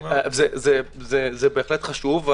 זה בהחלט חשוב.